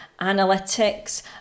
analytics